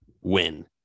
Win